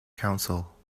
council